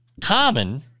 common